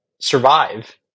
survive